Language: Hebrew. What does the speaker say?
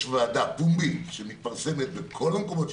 ועדה פומבית שמתפרסמת בכל המקומות,